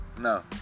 No